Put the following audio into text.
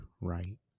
right